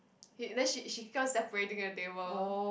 he then she she comes separating the table